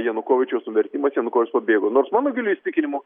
janukovyčiaus nuvertimo janukovyčius pabėgo nors mano giliu įsitikinimu